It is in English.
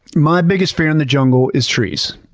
my biggest fear in the jungle is trees.